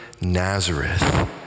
Nazareth